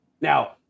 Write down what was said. Now